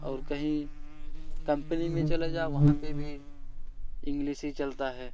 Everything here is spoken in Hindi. और कहीं कम्पनी में चला जाओ वहाँ पर भी इंग्लिश ही चलता है